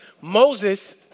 Moses